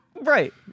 Right